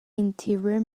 interior